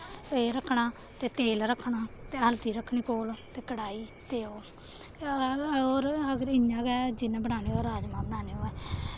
तेल रखना ते तेल रखना ते हल्दी रखनी कोल ते कड़ाही ते ओह् होर अगर इ'यां गै जि'यां बनाने होन राजमांह् बनाने होऐ